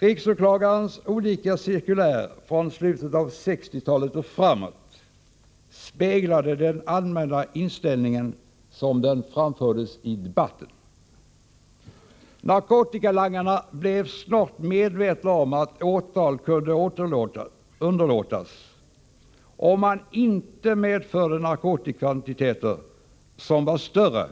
Riksåklagarens olika cirkulär från slutet av 1960-talet och framåt speglade den allmänna inställningen som den framfördes i debatten. Narkotikalangarna blev snart medvetna om att åtal kunde underlåtas om man inte medförde narkotikakvantiteter som var större